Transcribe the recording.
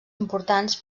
importants